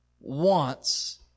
wants